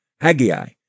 Haggai